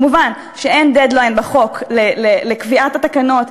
כמובן שאין "דד-ליין" בחוק לקביעת התקנות,